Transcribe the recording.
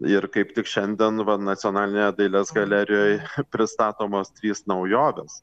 ir kaip tik šiandien va nacionalinėje dailės galerijoj pristatomos trys naujovės